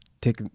take